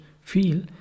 feel